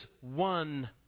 one